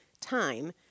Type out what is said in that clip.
time